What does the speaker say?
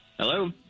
Hello